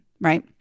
right